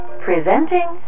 Presenting